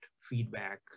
feedback